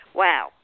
wow